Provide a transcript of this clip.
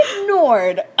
ignored